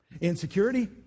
insecurity